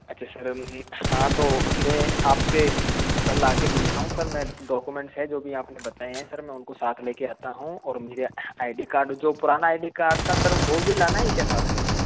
अच्छा सर हाँ तो मैं आपसे कल आके मिलता हूँ सर मैं डॉक्यूमेंट है जो भी आपने बताया है सर मैं उनको साथ लेके आता हूँ और मेरी आई डी कार्ड जो पुराना आई डी कार्ड था सर वो भी लाना है क्या साथ में